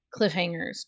cliffhangers